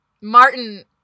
Martin